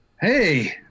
Hey